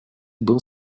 был